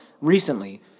recently